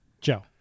joe